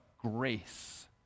grace